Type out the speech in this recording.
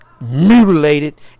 mutilated